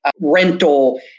rental